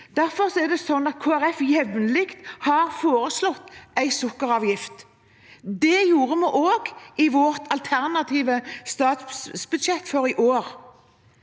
Folkeparti jevnlig har foreslått en sukkeravgift. Det gjorde vi også i vårt alternative statsbudsjett for i år.